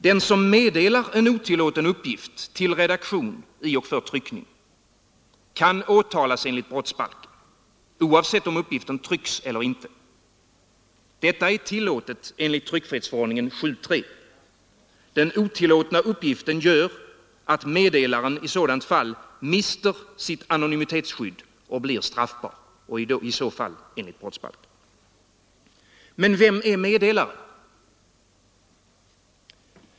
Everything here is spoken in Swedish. Den som meddelar en otillåten uppgift till redaktion för tryckning kan åtalas enligt brottsbalken, oavsett om uppgiften trycks eller inte. Detta är tillåtet enligt 7 kap. 3 8 tryckfrihetsförordningen. Den otillåtna uppgiften gör att meddelaren i sådant fall mister sitt anonymitetsskydd och blir straffbar enligt brottsbalken. Men vem är meddelare?